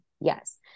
Yes